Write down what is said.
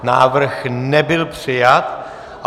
Návrh nebyl přijat.